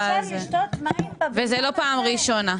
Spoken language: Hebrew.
וזו לא הפעם הראשונה.